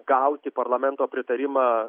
gauti parlamento pritarimą